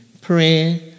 prayer